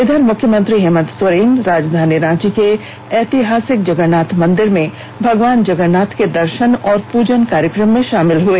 इधर मुख्यमंत्री हेमंत सोरेन राजधानी रांची के एतिहासिक जगरनाथ मंदिर में भगवान जगरनाथ के दर्षन और प्रजन कार्यक्रम में शमिल हए